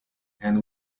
and